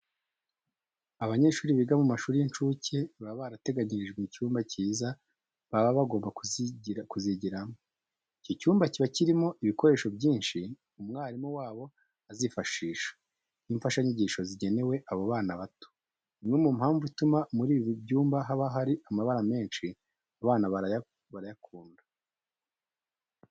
Abanyeshuri biga mu mashuri y'incuke baba barateganyirijwe icyumba cyiza baba bagomba kuzigiramo. Icyo cyumba kiba kirimo ibikoresho byinshi umwarimu wabo azifashisha nk'imfashanyigisho zigenewe abo bana bato. Imwe mu mpamvu ituma muri ibi byumba haba hari amabara menshi, abana barayakunda.